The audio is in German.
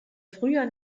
früher